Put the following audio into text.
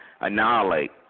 annihilate